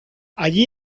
allí